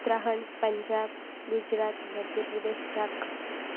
Uttarakhand Punjab Gujarat Madhya Pradesh Jharkhand